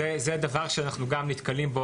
זה ככה להראות שהדברים גם יורדים לרמת השטח.